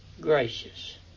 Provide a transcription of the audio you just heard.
gracious